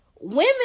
women